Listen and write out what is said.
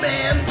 Man